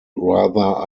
rather